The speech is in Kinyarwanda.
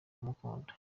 kumukunda